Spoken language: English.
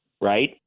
Right